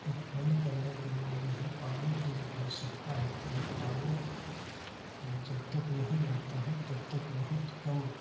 उत्पन्न करने के लिए जो है पानी की जो है आवश्यकता होती है पानी जब तक नहीं रहता है तब तक बहुत कम